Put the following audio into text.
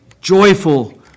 joyful